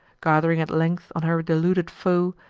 gath'ring at length on her deluded foe,